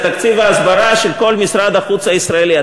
זה תקציב ההסברה של כל משרד החוץ הישראלי.